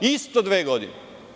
Isto dve godine.